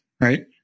Right